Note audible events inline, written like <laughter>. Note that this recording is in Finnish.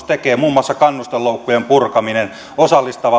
<unintelligible> tekee muun muassa kannustinloukkujen purkaminen osallistava <unintelligible>